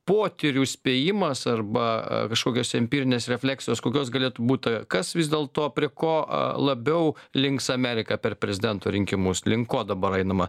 potyrių spėjimas arba kažkokios empirinės refleksijos kokios galėtų būti kas vis dėl to prie ko labiau links amerika per prezidento rinkimus link ko dabar einama